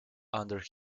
under